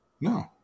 No